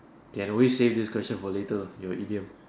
can always save this question for later ah your idiom